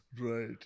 Right